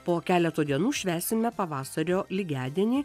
po keleto dienų švęsime pavasario lygiadienį